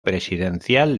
presidencial